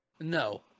No